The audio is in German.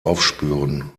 aufspüren